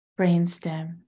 Brainstem